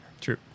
True